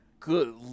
Good